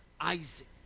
Isaac